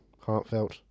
Heartfelt